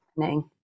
happening